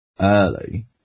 early